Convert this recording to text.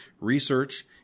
research